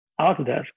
Autodesk